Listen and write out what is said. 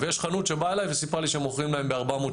יש חנות שבאה אליי וסיפרה לי שהם מוכרים להם ב-480.